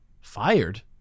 Fired